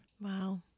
Wow